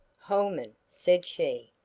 holman, said she,